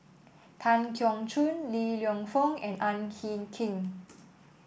Tan Keong Choon Li Lienfung and Ang Hin Kee